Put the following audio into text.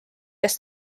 kes